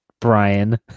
Brian